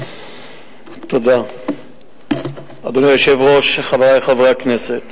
1 2. אדוני היושב-ראש, חברי חברי הכנסת,